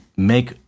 Make